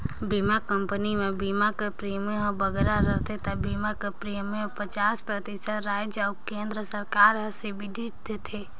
बीमा कंपनी में बीमा कर प्रीमियम हर बगरा रहथे ता बीमा कर प्रीमियम में पचास परतिसत राएज अउ केन्द्र सरकार हर सब्सिडी देथे